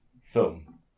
film